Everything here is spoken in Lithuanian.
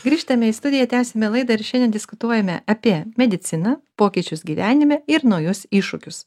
grįžtame į studiją tęsiame laidą ir šiandien diskutuojame apie mediciną pokyčius gyvenime ir naujus iššūkius